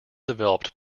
developed